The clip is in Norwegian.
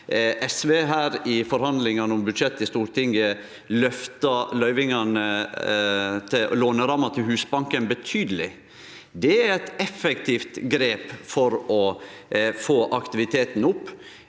SV, i forhandlingane om budsjettet i Stortinget, løfta låneramma til Husbanken betydeleg. Det er eit effektivt grep for å få aktiviteten opp,